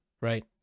right